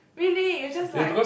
really you're just like